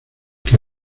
que